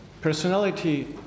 personality